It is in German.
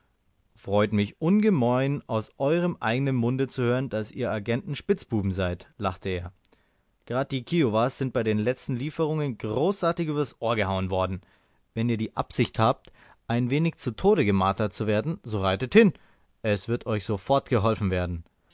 freut mich ungemein aus eurem eigenen munde zu hören daß ihr agenten spitzbuben seid lachte er grad die kiowas sind bei den letzten lieferungen großartig übers ohr gehauen worden wenn ihr die absicht habt ein wenig zu tode gemartert zu werden so reitet hin es wird euch sofort geholfen werden